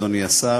אדוני השר,